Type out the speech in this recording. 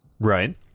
Right